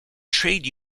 trade